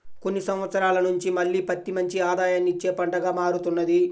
కొన్ని సంవత్సరాల నుంచి మళ్ళీ పత్తి మంచి ఆదాయాన్ని ఇచ్చే పంటగా మారుతున్నది